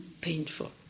painful